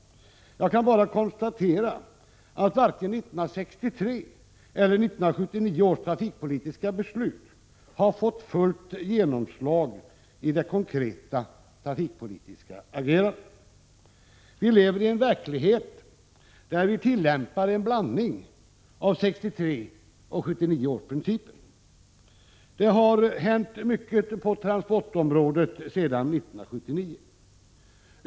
Jag kan bara konstatera att varken 1963 års eller 1979 års trafikpolitiska beslut har fått fullt genomslag i det konkreta trafikpolitiska agerandet. Vi lever i en verklighet där vi tillämpar en blandning av 1963 års och 1979 års principer. Det har hänt mycket på transportområdet sedan 1979.